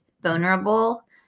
vulnerable